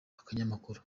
akanyamakuru